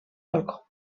balcó